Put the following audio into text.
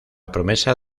promesa